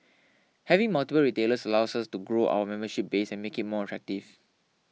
having multiple retailers allows us to grow our membership base and make it more attractive